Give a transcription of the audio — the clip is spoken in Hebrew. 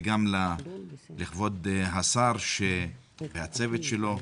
ולכבוד השר והצוות שלו,